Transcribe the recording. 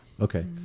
Okay